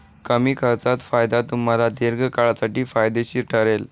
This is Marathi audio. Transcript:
कमी खर्चात फायदा तुम्हाला दीर्घकाळासाठी फायदेशीर ठरेल